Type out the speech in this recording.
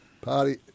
Party